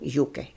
UK